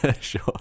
Sure